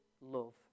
love